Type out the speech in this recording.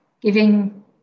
giving